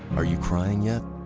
are you crying yet?